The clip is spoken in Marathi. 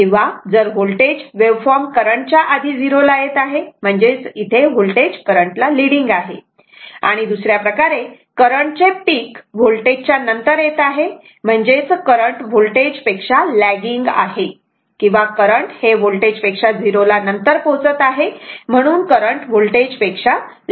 किंवा जर व्होल्टेज वेव्हफॉर्म करंटच्या आधी 0 ला येत आहे म्हणजेच होल्टेज करंटला लीडिंग आहे आणि दुसऱ्या प्रकारे करंटचे पीक व्होल्टेजच्या नंतर येत आहे म्हणजेच करंट वोल्टेज पेक्षा लॅगिंग आहे किंवा करंट हे होल्टेज पेक्षा 0 ला नंतर पोहोचत आहे म्हणून करंट वोल्टेज पेक्षा लॅगिंग आहे